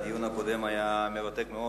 הדיון הקודם היה מרתק מאוד,